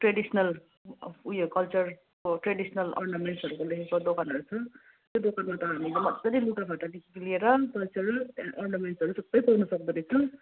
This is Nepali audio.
ट्रेडिस्नल ऊ यो कल्चर ट्रेडिस्नल अर्नमेन्ट्सहरूदेखिन्को दोकानहरू छ त्यो दोकानमा त हामीले मजाले लुगाफाटादेखिको लिएर कल्चरल अर्नमेन्ट्सहरू थुप्रै पाउन सक्दोरहेछ